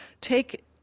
take